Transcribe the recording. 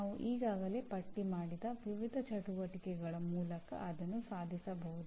ನಾವು ಈಗಾಗಲೇ ಪಟ್ಟಿ ಮಾಡಿದ ವಿವಿಧ ಚಟುವಟಿಕೆಗಳ ಮೂಲಕ ಅದನ್ನು ಸಾಧಿಸಬಹುದು